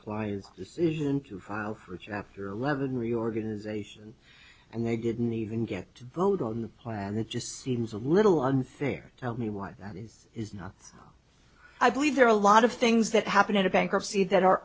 client's decision to file for chapter eleven reorganization and they didn't even get to vote on the plan and it just seems a little unfair tell me why that is is nuts i believe there are a lot of things that happen in a bankruptcy that are